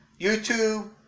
YouTube